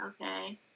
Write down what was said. okay